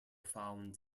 found